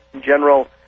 General